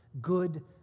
good